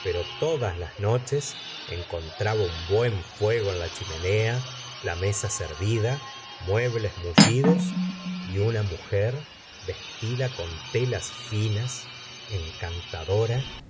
pero todas las noches encontraba un buen fuego en la chimenea la mesa servida muebles mullidos y una mujer vestida con telas finas encantadora